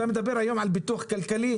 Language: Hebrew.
אתה מדבר היום על ביטוח כלכלי,